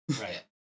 Right